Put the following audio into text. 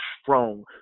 strong